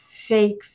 fake